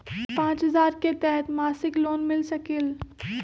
पाँच हजार के तहत मासिक लोन मिल सकील?